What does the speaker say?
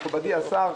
מכובדי השר,